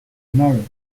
married